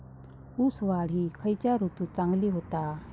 ऊस वाढ ही खयच्या ऋतूत चांगली होता?